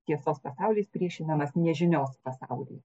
tiesos pasaulis priešinamas nežinios pasauliui